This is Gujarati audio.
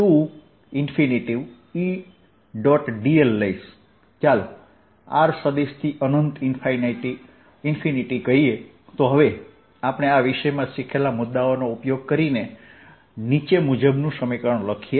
dl લઈશ ચાલો r સદિશથી અનંત કહીએ તો હવે આપણે આ વિષયમાં શીખેલા મુદ્દાઓનો ઉપયોગ કરીને નીચે મુજબનું સમીકરણ લખીએ